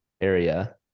area